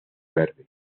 verde